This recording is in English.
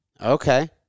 Okay